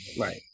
Right